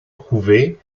prouvé